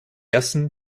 ersten